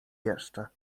jeszcze